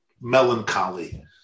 melancholy